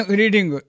reading